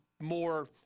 more